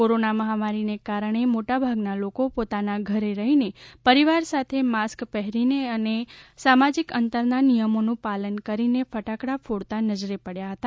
corona મહામારી ને કારણે મોટાભાગના લોકો પોતાના ઘરે રહીને પરિવાર સાથે માસ્ક પહેરીને અને સોશિયલ ડિસ્ટન્સિંગના નિયમોનું પાલન કરીને ફટાકડા ફોડતા નજરે પડ્યા હતા